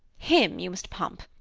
him you must pump.